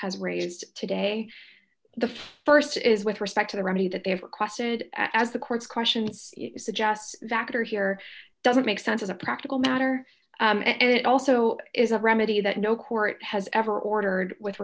has raised today the st is with respect to the remedy that they have requested as the court's questions suggests that are here doesn't make sense as a practical matter and it also is a remedy that no court has ever ordered with